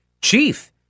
chief